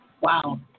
Wow